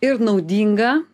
ir naudinga